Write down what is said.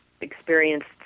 experienced